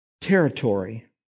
territory